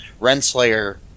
Renslayer